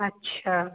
अच्छा